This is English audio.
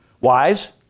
Wives